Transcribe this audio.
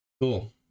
Cool